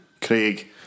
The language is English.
Craig